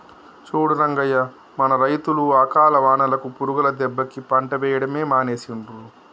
చూడు రంగయ్య మన రైతులు అకాల వానలకు పురుగుల దెబ్బకి పంట వేయడమే మానేసిండ్రు